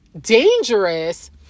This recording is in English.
dangerous